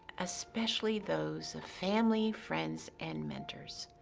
especially those of family, friends, and mentors.